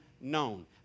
known